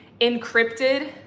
encrypted